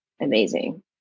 amazing